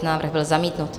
Návrh byl zamítnut.